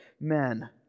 men